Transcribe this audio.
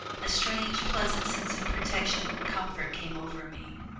a strange pleasant sense of protection and comfort came over me.